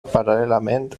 paral·lelament